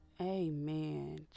amen